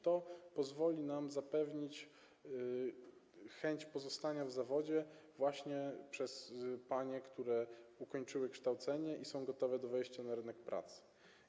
To pozwoli nam zapewnić chęć pozostania w zawodzie pań, które ukończyły kształcenie i są gotowe do wejścia na rynek pracy.